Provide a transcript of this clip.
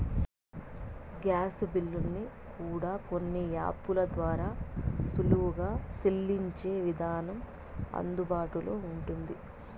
gas బిల్లుల్ని కూడా కొన్ని యాపుల ద్వారా సులువుగా సెల్లించే విధానం అందుబాటులో ఉంటుంది